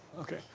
Okay